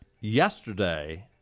yesterday